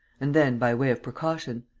and then by way of precaution.